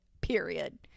period